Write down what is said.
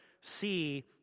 see